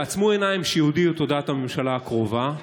תעצמו עיניים כשיודיעו את הודעת הממשלה הקרובה,